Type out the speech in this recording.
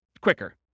quicker